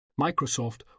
Microsoft